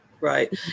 right